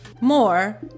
more